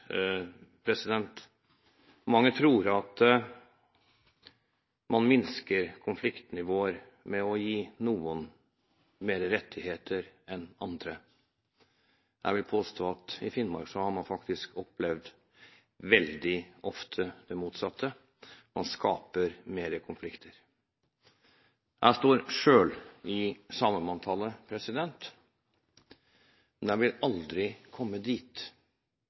slutt: Mange tror at man minsker konfliktnivåer med å gi noen flere rettigheter enn andre. Jeg vil påstå at i Finnmark har man faktisk veldig ofte opplevd det motsatte – man skaper flere konflikter. Jeg står selv i samemanntallet, men jeg vil aldri komme dit